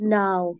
now